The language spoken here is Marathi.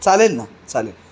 चालेल ना चालेल